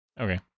Okay